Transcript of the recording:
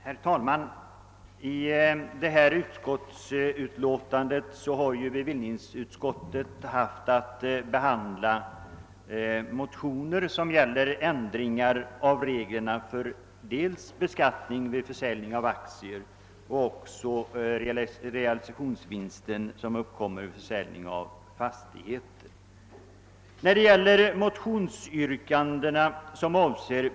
Herr talman! I förevarande utskottsutlåtande behandlar bevillningsutskottet motioner som gäller ändringar av reglerna för dels beskattning vid försäljning av aktier, dels beskattning av realisationsvinster som uppkommer vid försäljning av fastigheter.